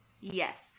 Yes